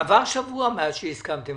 עבר שבוע מאז הסכמתם.